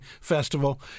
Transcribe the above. Festival